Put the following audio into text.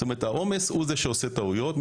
העומס גורם לטעויות.